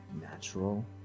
natural